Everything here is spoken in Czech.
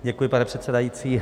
Děkuji, pane předsedající.